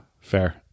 fair